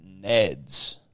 Neds